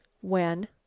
When